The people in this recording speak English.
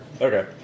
Okay